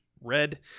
red